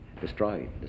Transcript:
destroyed